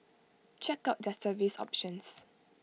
check out their service options